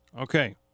Okay